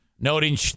noting